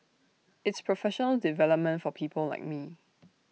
it's professional development for people like me